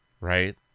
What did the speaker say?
right